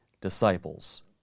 disciples